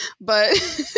but-